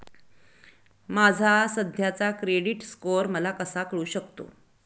माझा सध्याचा credit score मला कसा कळू शकतो?